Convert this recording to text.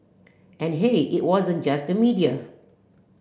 and hey it wasn't just the media